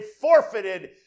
forfeited